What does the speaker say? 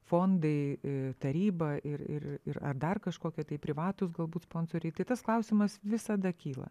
fondai taryba ir ir ir ar dar kažkokie tai privatūs galbūt sponsoriai tai tas klausimas visada kyla